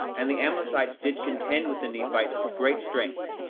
and the amlicites did contend with the nephites with great strength,